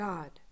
God